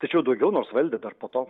tačiau daugiau nors valdė dar po to